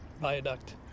Viaduct